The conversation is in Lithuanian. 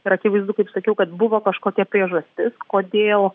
tai yra akivaizdu kaip sakiau kad buvo kažkokia priežastis kodėl